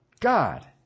God